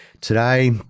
Today